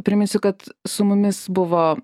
priminsiu kad su mumis buvo